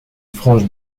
frange